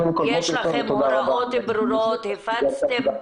יש לכם הוראות ברורות, הפצתם?